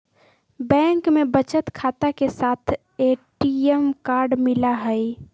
bank में बचत खाता के साथ ए.टी.एम कार्ड मिला हई